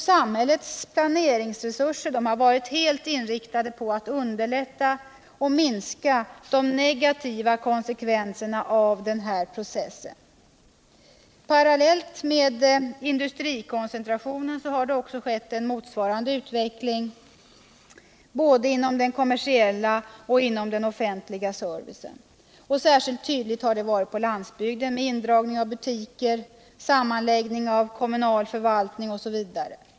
Samhällets planeringsresurser har varit helt inriktade på att underlätta och minska de negativa konsekvenserna av denna process. Parallellt med industrikoncentrationen har det också skett en motsvarande utveckling inom både den kommersiella och den offentliga servicen. Särskilt tydligt har detta varit på landsbygden, med indragning av butiker, sammanläggning av kommunal förvaltning osv.